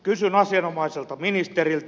kysyn asianomaiselta ministeriltä